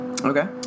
Okay